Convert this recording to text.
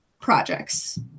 projects